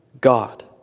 God